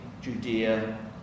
Judea